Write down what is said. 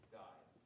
died